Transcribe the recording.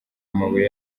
amabuye